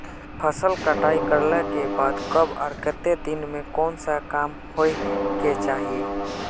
फसल कटाई करला के बाद कब आर केते दिन में कोन सा काम होय के चाहिए?